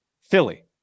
Philly